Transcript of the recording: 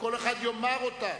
וכל אחד יאמר אותה.